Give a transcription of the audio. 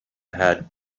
had